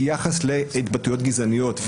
ביחס להתבטאויות גזעניות.